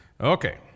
Okay